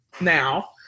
now